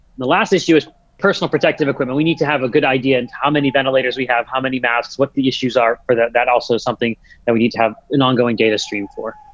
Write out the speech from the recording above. the last issue is personal protective equipment. we need to have a good idea of and how many ventilators we have, how many masks, what the issues are for that. that also something that we need to have an ongoing data stream for